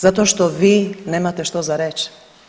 Zato što vi nemate što za reći.